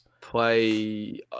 play